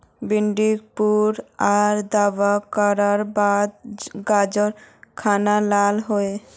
भिन्डी पुक आर दावा करार बात गाज खान लाल होए?